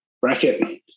bracket